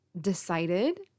decided